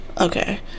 Okay